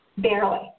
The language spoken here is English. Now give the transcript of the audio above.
Barely